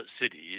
cities